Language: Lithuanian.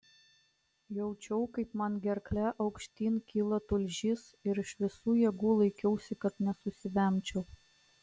jaučiau kaip man gerkle aukštyn kyla tulžis ir iš visų jėgų laikiausi kad nesusivemčiau